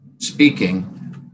speaking